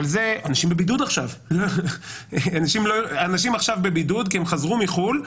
אנשים בבידוד עכשיו כי הם חזרו מחו"ל,